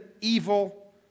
evil